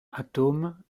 atome